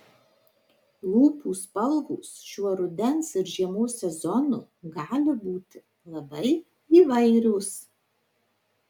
lūpų spalvos šiuo rudens ir žiemos sezonu gali būti labai įvairios